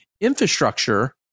infrastructure